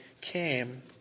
came